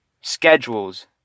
Schedules